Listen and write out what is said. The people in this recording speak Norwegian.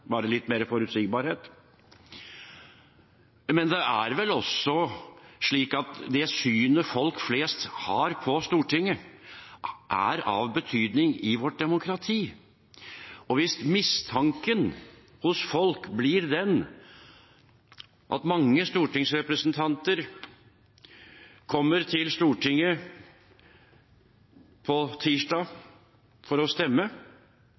bare litt mer forutsigbarhet. Men det er vel også slik at det synet folk flest har på Stortinget, er av betydning i vårt demokrati. Mistanken hos folk kan bli den at mange stortingsrepresentanter kommer til Stortinget på tirsdag for å stemme,